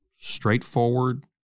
straightforward